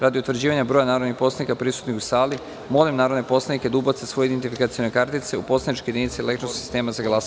Radi utvrđivanja broja narodnih poslanika koji su prisutni u sali, molim narodne poslanike da ubace svoje identifikacione kartice u poslaničke jedinice elektronskog sistema za glasanje.